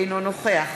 אינו נוכח